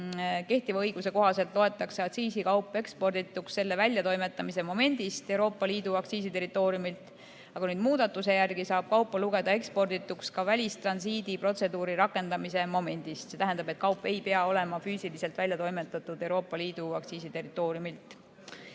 Kehtiva õiguse kohaselt loetakse aktsiisikaup ekspordituks selle väljatoimetamise momendist Euroopa Liidu aktsiisiterritooriumilt, aga muudatuse järgi saab kaupa lugeda ekspordituks ka välistransiidiprotseduuri rakendamise momendist. See tähendab, et kaup ei pea olema füüsiliselt välja toimetatud Euroopa Liidu aktsiisiterritooriumilt.